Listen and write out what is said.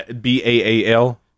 B-A-A-L